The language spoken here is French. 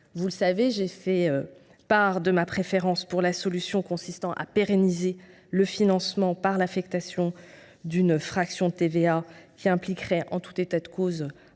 Vous le savez, j’ai exprimé ma préférence pour la solution consistant à pérenniser le financement par l’affectation d’une fraction de TVA, qui impliquerait, en tout état de cause,